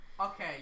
Okay